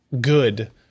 good